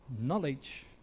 knowledge